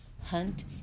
hunt